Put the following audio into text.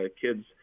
Kids